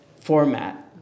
format